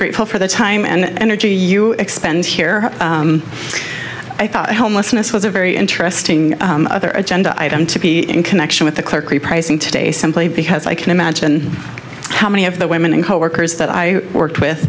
grateful for the time and energy you expend here i thought homelessness was a very interesting other agenda item to be in connection with the clerk repricing today simply because i can imagine how many of the women and coworkers that i worked with